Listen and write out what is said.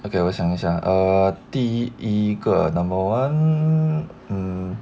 okay 我想一想 err 第一个 number one mm